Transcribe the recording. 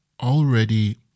Already